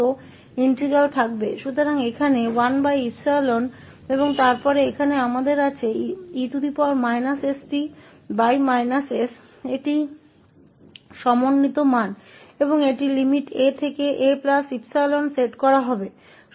तो यहाँ 1𝜖 और फिर यहाँ हमारे पास e st s है यह इंटेग्रटिंग मान है और इसे a से 𝑎 𝜖 तक की लिमिट के लिए सेट किया जाएगा